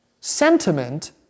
sentiment